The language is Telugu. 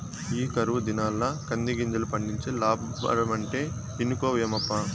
ఈ కరువు దినాల్ల కందిగింజలు పండించి లాబ్బడమంటే ఇనుకోవేమప్పా